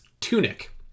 Tunic